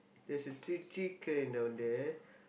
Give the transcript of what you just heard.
there's a three chicken down there